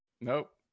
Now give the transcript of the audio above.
Nope